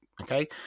Okay